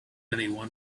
anyone